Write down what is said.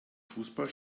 fußball